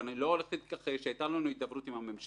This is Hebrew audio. ואני לא מתכחש הייתה לנו הידברות עם הממשלה,